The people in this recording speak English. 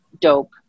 dope